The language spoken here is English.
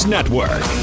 Network